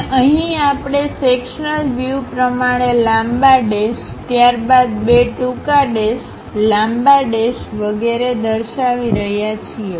અને અહીં આપણે સેક્શનલ વ્યુપ્રમાણે લાંબા ડેશ ત્યાદરબાદ બે ટૂંકા ડેશ લાંબા ડેશ વગેરે દર્શાવી રહ્યા છીએ